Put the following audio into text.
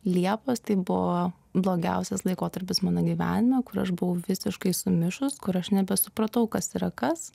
liepos tai buvo blogiausias laikotarpis mano gyvenime kur aš buvau visiškai sumišus kur aš nebesupratau kas yra kas